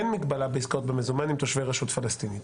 אין מגבלה בעסקאות במזומן עם תושבי רשות פלסטינית.